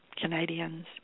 Canadians